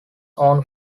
own